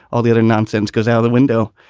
all the other nonsense goes out the window.